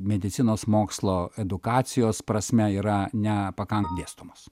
medicinos mokslo edukacijos prasme yra nepakankamai dėstomos